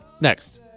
Next